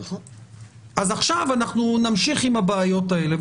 אז עכשיו נמשיך עם הבעיות האלה.